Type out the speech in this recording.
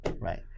Right